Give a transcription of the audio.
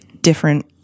different